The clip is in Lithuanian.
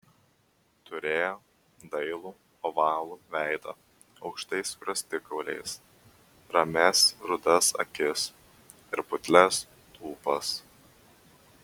turėjo dailų ovalų veidą aukštais skruostikauliais ramias rudas akis ir putlias lūpas